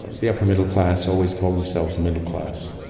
the upper-middle-class always called themselves middle-class,